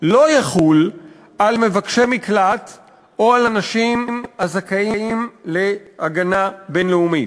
לא יחול על מבקשי מקלט או על אנשים הזכאים להגנה בין-לאומית.